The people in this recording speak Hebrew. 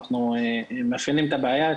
אנחנו מאפיינים את הבעיה,